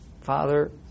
father